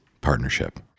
partnership